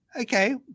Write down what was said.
Okay